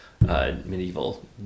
medieval